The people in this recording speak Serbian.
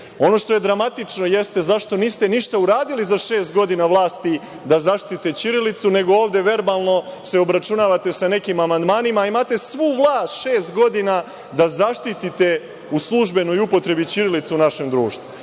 što je dramatično jeste zašto niste ništa uradili za šest godina vlasti da zaštite ćirilicu nego ovde verbalno se obračunavate sa nekim amandmanima, a imate svu vlast šest godina da zaštite u službenoj upotrebi ćirilicu u našem društvu,